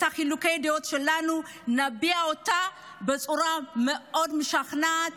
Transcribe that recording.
את חילוקי הדעות שלנו נביע בצורה מאוד משכנעת.